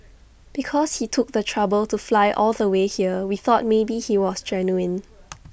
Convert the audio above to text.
because he took the trouble to fly all the way here we thought maybe he was genuine